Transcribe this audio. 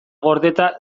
gordeta